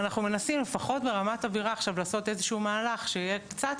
אנחנו מנסים לפחות ברמת אווירה עכשיו לעשות איזשהו מהלך שקצת